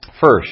First